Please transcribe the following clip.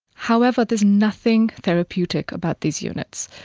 however, there is nothing therapeutic about these units.